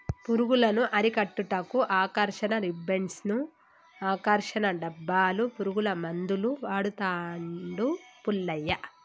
పురుగులను అరికట్టుటకు ఆకర్షణ రిబ్బన్డ్స్ను, ఆకర్షణ డబ్బాలు, పురుగుల మందులు వాడుతాండు పుల్లయ్య